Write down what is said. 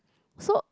so